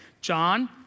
John